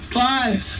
five